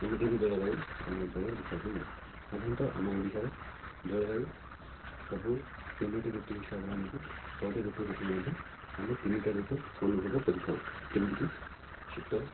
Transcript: ଏମିତି ବି ଜଳବାୟୁ ଆମ ଅଞ୍ଚଳରେ ଦେଖିବାକୁ ମିଳେ ସାଧାରଣତଃ ଆମ ଓଡ଼ିଶାରେ ଜଳବାୟୁ ସବୁ ତିନୋଟି ଋତୁ ହିସାବରେ ଆମକୁ ଛଅଟି ଋତୁ ହେଇଥିଲେ ମଧ୍ୟ ଆମେ ତିନିଟା ଋତୁ ଅନୁଭବ କରିଥାଉ ଯେମିତି କି ଶୀତ